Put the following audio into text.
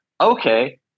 Okay